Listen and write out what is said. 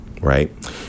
right